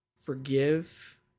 forgive